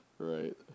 Right